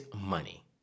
money